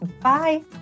Bye